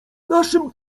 naszym